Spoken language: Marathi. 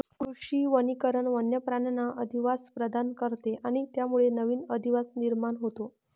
कृषी वनीकरण वन्य प्राण्यांना अधिवास प्रदान करते आणि त्यामुळे नवीन अधिवास निर्माण होतो